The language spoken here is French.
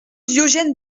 diogène